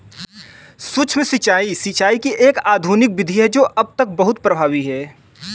सूक्ष्म सिंचाई, सिंचाई की एक आधुनिक विधि है जो अब तक बहुत प्रभावी है